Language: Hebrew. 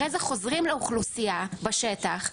אחרי זה חוזרים לאוכלוסייה בשטח,